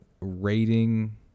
rating